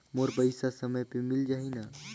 मोर पइसा समय पे मिल जाही न?